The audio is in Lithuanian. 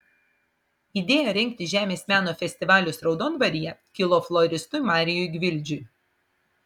idėja rengti žemės meno festivalius raudondvaryje kilo floristui marijui gvildžiui